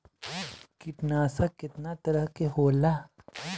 कीटनाशक केतना तरह के होला?